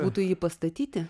būtų jį pastatyti